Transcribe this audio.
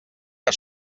que